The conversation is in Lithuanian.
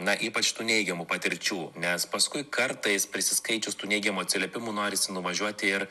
na ypač tų neigiamų patirčių nes paskui kartais prisiskaičius tų neigiamų atsiliepimų norisi nuvažiuoti ir